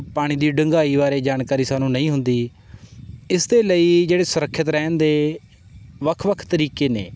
ਪਾਣੀ ਦੀ ਡੁੰਘਾਈ ਬਾਰੇ ਜਾਣਕਾਰੀ ਸਾਨੂੰ ਨਹੀਂ ਹੁੰਦੀ ਇਸ ਦੇ ਲਈ ਜਿਹੜੇ ਸੁਰੱਖਿਅਤ ਰਹਿਣ ਦੇ ਵੱਖ ਵੱਖ ਤਰੀਕੇ ਨੇ